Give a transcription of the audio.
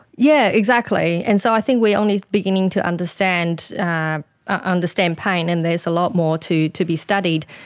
yeah exactly, and so i think we are only beginning to understand ah ah understand pain, and there's a lot more to to be studied.